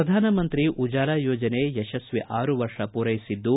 ಪ್ರಧಾನಮಂತ್ರಿ ಉಜಾಲಾ ಯೋಜನೆ ಯಶಸ್ವಿ ಆರು ವರ್ಷ ಪೂರೈಸಿದ್ದು